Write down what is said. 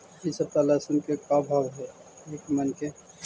इ सप्ताह लहसुन के का भाव है एक मन के?